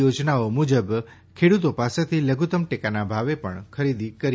યોજનાઓ મુજબ ખેડૂતો પાસેથી લધુત્તમ ટેકાના ભાવે પર ખરીદી કરી રહી છે